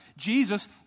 Jesus